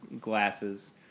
glasses